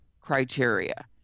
criteria